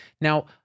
Now